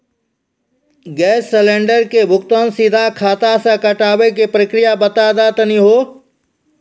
Gas cylinder के भुगतान सीधा खाता से कटावे के प्रक्रिया बता दा तनी हो?